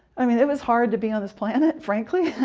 i mean it was hard to be on this planet, frankly,